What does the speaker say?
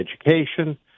education